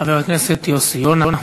חבר הכנסת יוסי יונה.